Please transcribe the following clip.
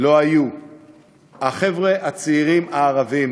לא היו החבר'ה הצעירים הערבים